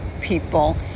people